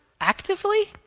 actively